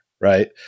right